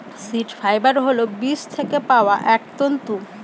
seed fibre হল বীজ থেকে পাওয়া এক তন্তু